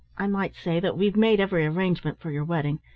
i might say that we've made every arrangement for your wedding,